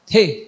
Hey